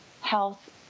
health